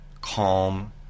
calm